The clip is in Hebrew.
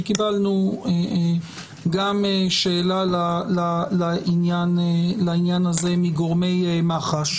שקיבלנו גם שאלה לעניין הזה מגורמי מח"ש.